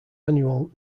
annual